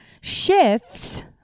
shifts